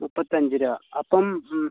മുപ്പത്തഞ്ച് രൂപ അപ്പം